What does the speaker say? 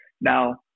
Now